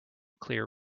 clear